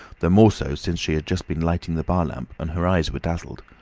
the more so since she had just been lighting the bar lamp, and her eyes were dazzled.